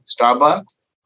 starbucks